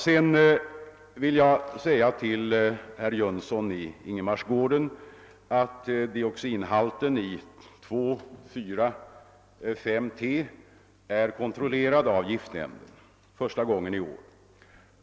Sedan vill jag säga till herr Jönsson i Ingemarsgården att dioxinhalten i 2, 4, 5-T i år för första gången har kontrollerats av giftnämnden.